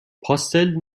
پاستل